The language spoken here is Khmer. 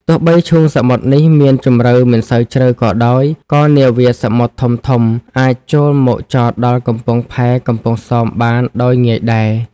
ទោះបីឈូងសមុទ្រនេះមានជំរៅមិនសូវជ្រៅក៏ដោយ ក៏នាវាសមុទ្រធំៗ អាចចូលមកចតដល់កំពង់ផែកំពង់សោមបានដោយងាយដែរ ។